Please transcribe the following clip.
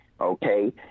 okay